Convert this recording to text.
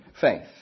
faith